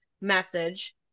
message